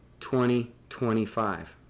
2025